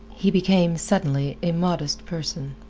he became suddenly a modest person.